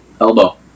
Elbow